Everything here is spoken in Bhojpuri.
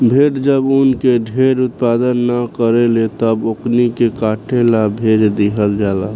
भेड़ जब ऊन के ढेर उत्पादन न करेले तब ओकनी के काटे ला भेज दीहल जाला